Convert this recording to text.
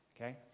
Okay